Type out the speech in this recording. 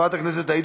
הכנסת יוסי יונה,